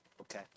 okay